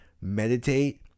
meditate